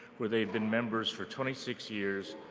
where they've been members for twenty six years,